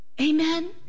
Amen